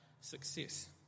success